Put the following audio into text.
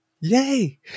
yay